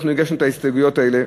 אנחנו הגשנו את ההסתייגויות האלה.